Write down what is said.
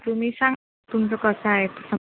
तर तुम्ही सांगा तुमचं कसं आहे तर